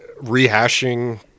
rehashing